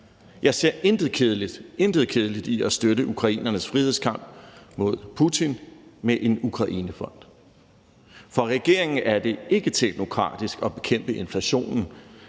Jeg ser intet kedeligt i at støtte ukrainernes frihedskamp mod Putin med en Ukrainefond. For regeringen er det ikke teknokratisk at bekæmpe inflationen